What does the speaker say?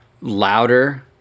louder